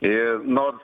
ir nors